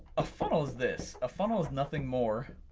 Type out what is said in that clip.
a funnel is this a funnel is nothing more,